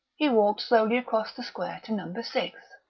he walked slowly across the square to number six.